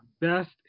best